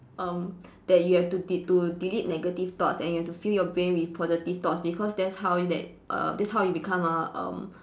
um that you have to de~ to delete negative thoughts and you have to fill your brain with positive thoughts because that's how that uh that's how you become a um